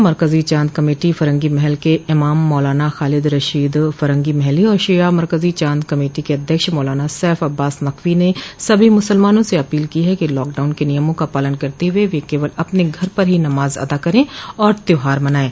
मरकजी चॉद कमेटी फरंगी महल के इमाम मौलाना खालिद रशीद फरंगी महली और शिया मरकजी चॉद कमेटी के अध्यक्ष मौलाना सैफ अब्बास नकवी ने सभी मुसलमानों स अपील की है कि लॉकडाउन के नियमों का पालन करते हुए वे केवल अपने घर पर ही नमाज अदा करें और त्यौहार मनायें